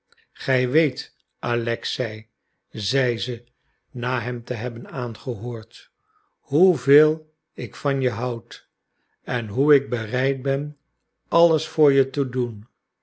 gij weet alexei zei ze na hem te hebben aangehoord hoe veel ik van je houd en hoe ik bereid ben alles voor je te doen